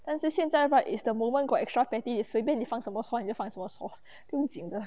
但是现在 right is the moment got extra patty 随便你放什么 sauce 你就放什么 sauce 不用紧的